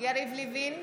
יריב לוין,